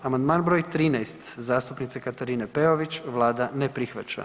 Amandman broj 13. zastupnice Katarine Peović, Vlada ne prihvaća.